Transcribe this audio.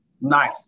Nice